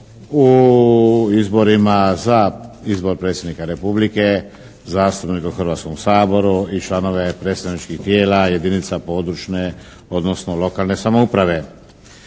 u izborima za izbor Predsjednika Republike, zastupnika u Hrvatskom saboru i članove predstavničkih tijela jedinica područne, odnosno lokalne samouprave.